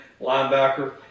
linebacker